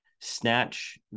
snatch